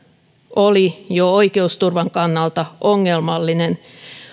oli jo oikeusturvan kannalta ongelmallinen